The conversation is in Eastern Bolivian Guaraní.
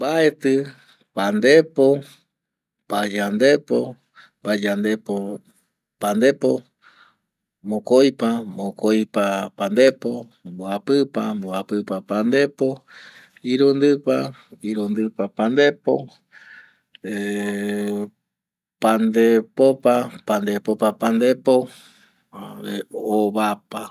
Mbaeti pandepo, payandepo, payandepo pandepo, mokoipa, mokoipa pandepo, mbuapipa mbuapipa pandepo, irundipa, irundipa pandepo, pandepopa, pandepopa pandepo jare ovapa